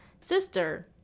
sister